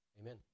Amen